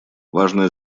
важное